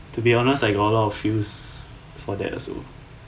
to be honest I got a lot of feels for that also